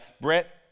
Brett